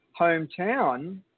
hometown